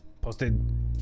posted